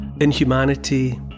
inhumanity